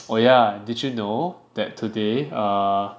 oh yeah did you know that today err